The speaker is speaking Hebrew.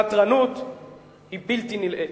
חתרנות היא בלתי נלאית.